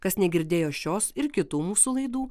kas negirdėjo šios ir kitų mūsų laidų